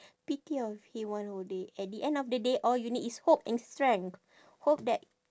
pity of him one whole day at the end of the day all you need is hope and strength hope that